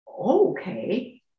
okay